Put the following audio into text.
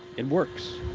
it works.